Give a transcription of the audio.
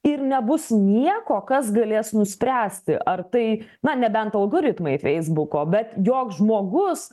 ir nebus nieko kas galės nuspręsti ar tai na nebent algoritmai feisbuko bet joks žmogus